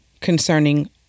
concerning